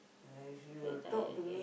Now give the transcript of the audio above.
and she will talk to me